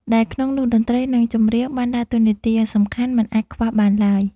ដែលក្នុងនោះតន្ត្រី និងចម្រៀងបានដើរតួនាទីយ៉ាងសំខាន់មិនអាចខ្វះបានឡើយ។